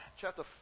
chapter